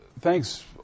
Thanks